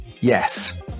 yes